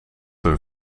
hun